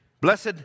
Blessed